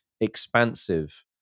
expansive